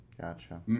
Gotcha